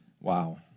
wow